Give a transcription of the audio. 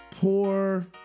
poor